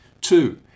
Two